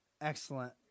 excellent